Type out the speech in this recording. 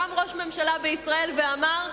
קם ראש ממשלה בישראל ואמר: